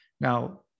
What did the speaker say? Now